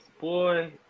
boy